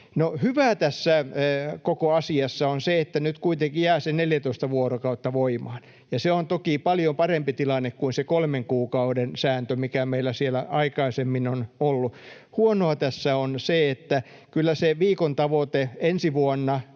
hyvää tässä koko asiassa on se, että nyt kuitenkin jää se 14 vuorokautta voimaan, ja se on toki paljon parempi tilanne kuin se kolmen kuukauden sääntö, mikä meillä siellä aikaisemmin on ollut. Huonoa tässä on se, että kyllä se viikon tavoite ensi vuonna